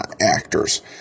actors